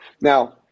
Now